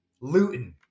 Luton